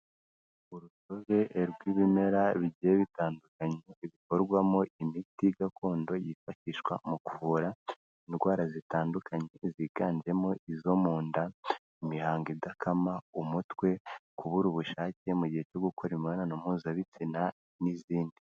Urusobe rw'ibimera bigiye bitandukanye bikorwamo imiti gakondo yifashishwa mu kuvura indwara zitandukanye ziganjemo izo mu nda, imihango idakama, umutwe, kubura ubushake mu gihe cyo gukora imibonano mpuzabitsina n'izindi.